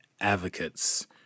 advocates